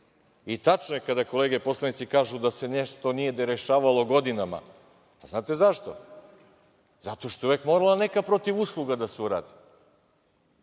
Tačno je kada kolege poslanici kažu da se nešto nije ni rešavalo godina. Da li znate zašto? Zato što je uvek morala neka protivusluga da se uradi.